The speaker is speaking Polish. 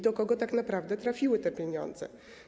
Do kogo tak naprawdę trafiły te pieniądze?